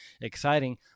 exciting